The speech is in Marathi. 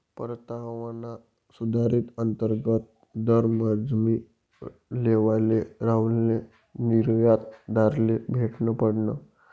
परतावाना सुधारित अंतर्गत दर समझी लेवाले राहुलले निर्यातदारले भेटनं पडनं